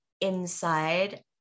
inside